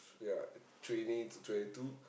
ya twenty to twenty two